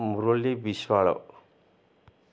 Murali Biswal